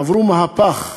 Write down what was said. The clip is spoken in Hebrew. עברו מהפך,